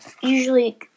usually